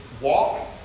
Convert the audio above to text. walk